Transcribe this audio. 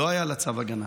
לא היה לה צו הגנה.